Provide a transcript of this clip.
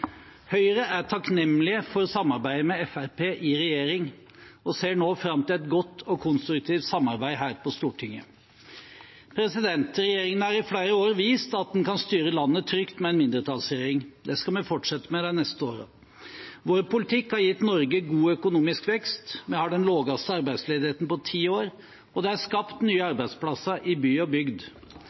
Høyre er takknemlig for samarbeidet med Fremskrittspartiet i regjering og ser nå fram til et godt og konstruktivt samarbeid her på Stortinget. Regjeringen har i flere år vist at den kan styre landet trygt med en mindretallsregjering. Det skal vi fortsette med de neste årene. Vår politikk har gitt Norge god økonomisk vekst. Vi har den laveste arbeidsledigheten på ti år, og det er skapt nye arbeidsplasser i by og bygd